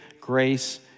grace